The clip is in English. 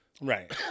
right